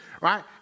Right